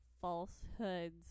falsehoods